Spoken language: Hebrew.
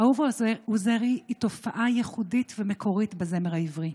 אהובה עוזרי היא תופעה ייחודית ומקורית בזמר העברי,